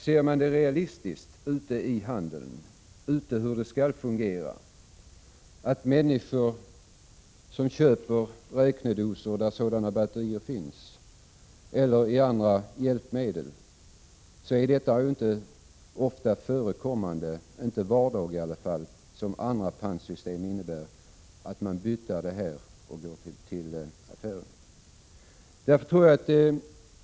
Ser man realistiskt på hur det fungerar i handeln, finner man att det inte ofta förekommer att människor köper räknedosor eller andra hjälpmedel med sådana batterier. Det är i varje fall inte varje dag vilket är det vanliga när det gäller andra varor med pantsystem.